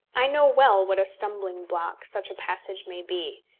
i know well what a stumbling-block such a passage may be.